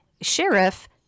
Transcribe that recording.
sheriff